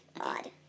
odd